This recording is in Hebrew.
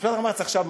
משפט המחץ עכשיו מגיע.